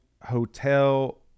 hotel